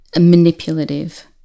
manipulative